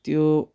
त्यो